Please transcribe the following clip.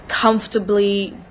comfortably